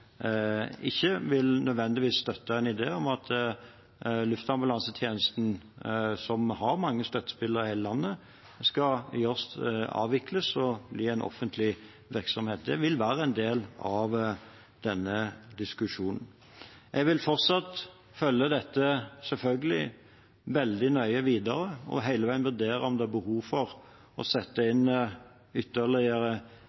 ikke nødvendigvis vil støtte en idé om at luftambulansetjenesten, som har mange støttespillere i hele landet, skal avvikles og bli en offentlig virksomhet. Det vil være en del av denne diskusjonen. Jeg vil selvfølgelig fortsatt følge dette veldig nøye videre og hele veien vurdere om det er behov for å sette